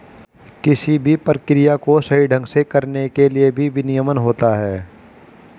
किसी भी प्रक्रिया को सही ढंग से करने के लिए भी विनियमन होता है